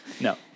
No